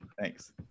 Thanks